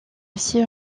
aussi